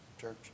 church